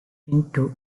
into